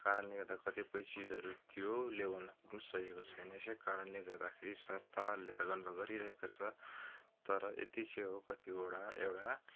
कारणले गर्दा कतिपय चिजहरू त्यो लेबलमा पुग्नु सकेको छैन त्यसै कारणले गर्दाखेरि संस्थाले त गर्नु त गरिरहेको छ तर यति चाहिँ हो कतिवटा एउटा